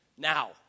Now